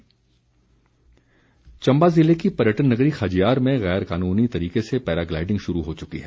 paragliding Chamba ज़िले की पर्यटन नगरी खजियार में गैर कानूनी तरीके से पैराग्लाइडिंग शुरू हो चुकी है